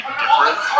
different